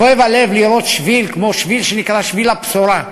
כואב הלב לראות שביל כמו השביל שנקרא שביל-הבשורה,